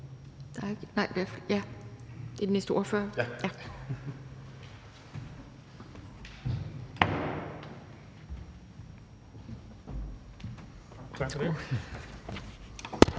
Tak for det.